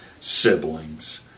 siblings